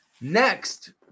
Next